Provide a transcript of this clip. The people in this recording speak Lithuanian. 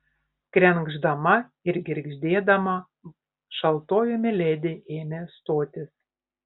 krenkšdama ir girgždėdama šaltoji miledi ėmė stotis